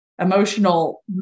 emotional